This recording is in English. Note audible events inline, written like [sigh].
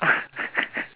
[laughs]